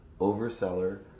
overseller